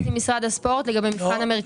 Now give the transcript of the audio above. עם משרד הספורט לגבי המרכזים.